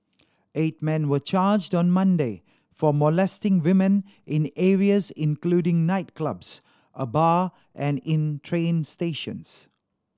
eight men were charged on Monday for molesting women in areas including nightclubs a bar and in train stations